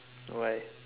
why